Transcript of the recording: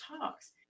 Talks